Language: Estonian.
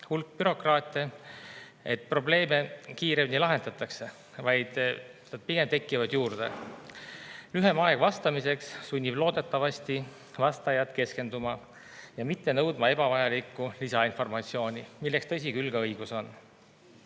hulk bürokraate, et probleeme kiiremini lahendatakse, vaid neid pigem tekib juurde. Lühem aeg vastamiseks sunnib loodetavasti vastajat keskenduma ja mitte nõudma ebavajalikku lisainformatsiooni, milleks, tõsi küll, ka õigus on.